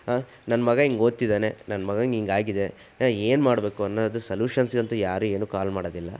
ನನ್ನ ಮಗ ಹೀಗೆ ಓದ್ತಿದ್ದಾನೆ ನನ್ನ ಮಗಂಗೆ ಹೀಗಾಗಿದೆ ಏನು ಮಾಡ್ಬೇಕು ಅನ್ನೋದು ಸೊಲ್ಯೂಷನ್ಸಿಗಂತು ಯಾರು ಏನು ಕಾಲ್ ಮಾಡೋದಿಲ್ಲ